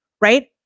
right